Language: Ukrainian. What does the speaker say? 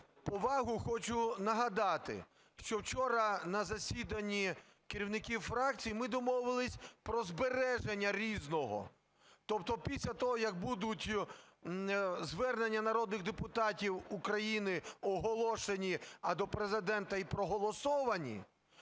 повагу, хочу нагадати, що вчора на засіданні керівників фракцій ми домовилися про збереження "Різного". Тобто після того, як будуть звернення народних депутатів України оголошені, а до Президента і проголосовані,